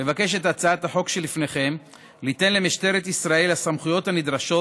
מבקשת הצעת החוק שלפניכם ליתן למשטרת ישראל את הסמכויות הנדרשות